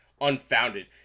unfounded